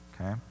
Okay